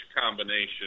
combination